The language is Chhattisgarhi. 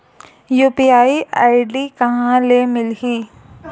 यू.पी.आई आई.डी कहां ले मिलही?